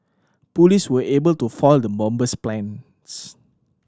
police were able to foil the bomber's plans